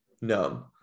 No